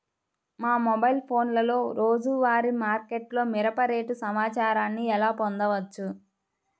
మా మొబైల్ ఫోన్లలో రోజువారీ మార్కెట్లో మిరప రేటు సమాచారాన్ని ఎలా పొందవచ్చు?